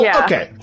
okay